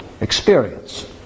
experience